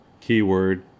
Keyword